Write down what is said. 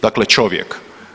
Dakle čovjek.